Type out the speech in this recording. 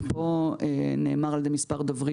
ונאמר פה על ידי מספר דוברים